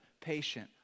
patient